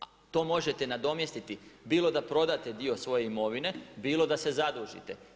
A to možete nadomjestiti bilo da prodate dio svoje imovine, bilo da se zadužite.